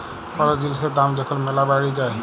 call জিলিসের দাম যখল ম্যালা বাইড়ে যায়